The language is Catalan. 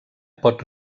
pot